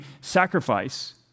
sacrifice